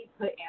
put